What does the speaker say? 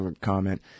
comment